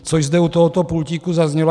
Což zde u tohoto pultíku zaznělo.